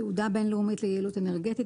תעודה בין-לאומית ליעילות אנרגטית